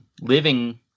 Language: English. living